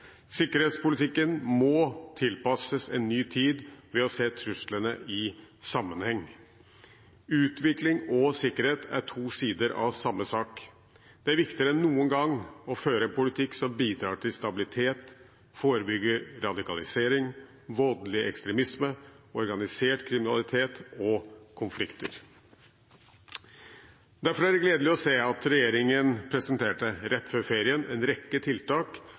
Sikkerhetspolitikken må tilpasses en ny tid ved å se truslene i sammenheng. Utvikling og sikkerhet er to sider av samme sak. Det er viktigere enn noen gang å føre en politikk som bidrar til stabilitet, forebygge radikalisering, voldelig ekstremisme, organisert kriminalitet og konflikter. Derfor er det gledelig å se at regjeringen rett før ferien presenterte en rekke tiltak